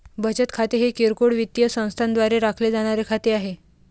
बचत खाते हे किरकोळ वित्तीय संस्थांद्वारे राखले जाणारे खाते आहे